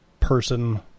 person